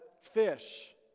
fish